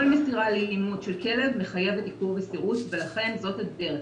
כל מסירה ואימוץ של כלב מחייבת עיקור וסירוס ולכן זאת הדרך.